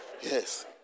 Yes